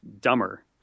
dumber